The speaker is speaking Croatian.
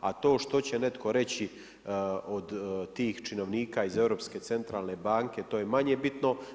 A to što će netko reći od tih činovnika iz europske centralne banke to je manje bitno.